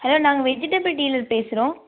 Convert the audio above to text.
hello நாங்கள் vegetable dealer பேசுகிறோம்